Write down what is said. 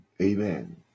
Amen